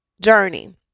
journey